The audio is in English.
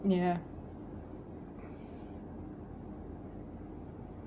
ya